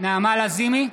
נעמה לזימי,